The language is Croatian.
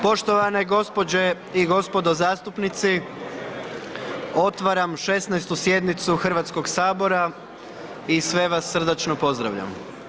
Poštovane gospođe i gospodo zastupnici otvaram 16. sjednicu Hrvatskog sabora i sve vas srdačno pozdravljam.